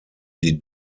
die